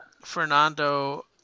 Fernando